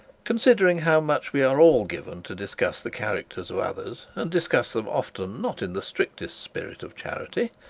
considering how much we are all given to discuss the characters of others, and discuss them often not in the strictest spirit of charity,